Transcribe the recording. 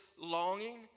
longing